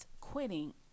quitting